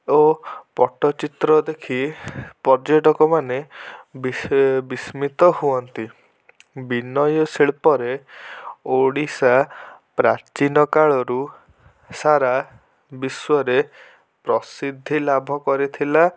ଓ ପଟ୍ଟଚିତ୍ର ଦେଖି ପର୍ଯ୍ୟଟକମାନେ ବିସ୍ମିତ ହୁଅନ୍ତି ବିନୟ ଶିଳ୍ପରେ ଓଡ଼ିଶା ପ୍ରାଚୀନ କାଳରୁ ସାରା ବିଶ୍ୱରେ ପ୍ରସିଦ୍ଧି ଲାଭ କରିଥିଲା